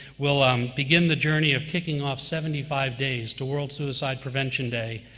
we'll um begin the journey of kicking off seventy five days to world suicide prevention day,